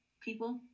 people